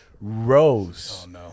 Rose